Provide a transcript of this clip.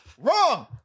Wrong